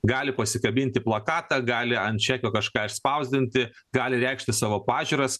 gali pasikabinti plakatą gali ant čekio kažką išspausdinti gali reikšti savo pažiūras